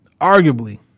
arguably